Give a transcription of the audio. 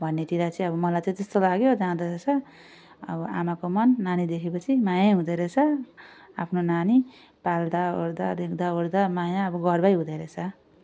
भन्नेतिर चाहिँ अब मलाई चाहिँ त्यस्तो लाग्यो अब आमाको मन नानी देखेपछि मायै हुँदोरहेछ आफ्नो नानी पाल्दा ओर्दा देख्दा ओर्दा माया अब गर्वै हुँदोरहेछ